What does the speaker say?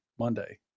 monday